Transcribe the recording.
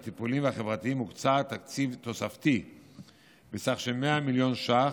הטיפוליים והחברתיים הוקצה תקציב תוספתי בסך 100 מיליון שקל.